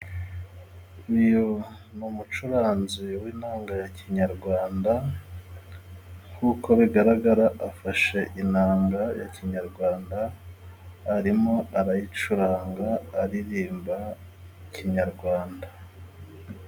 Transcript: Uyu ni umucuranzi w'inanga ya Kinyarwanda, nk'uko bigaragara afashe inanga ya kinyarwanda, arimo arayicuranga aririmba kinyarwanda.